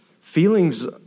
Feelings